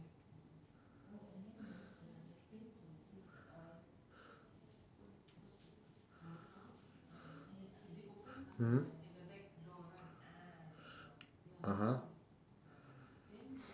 mm (uh huh)